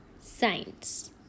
science